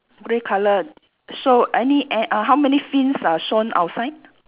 grey colour so any a~ uh how many fins are shown outside